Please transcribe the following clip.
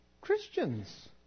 Christians